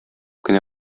кенә